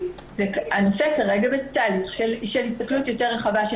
הנושא כרגע בתהליך של הסתכלות יותר רחבה של